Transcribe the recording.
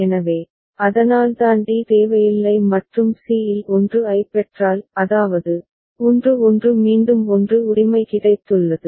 எனவே அதனால்தான் d தேவையில்லை மற்றும் c இல் 1 ஐப் பெற்றால் அதாவது 1 1 மீண்டும் 1 உரிமை கிடைத்துள்ளது